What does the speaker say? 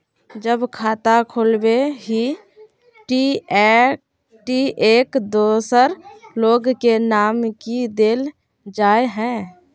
जब खाता खोलबे ही टी एक दोसर लोग के नाम की देल जाए है?